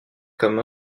comme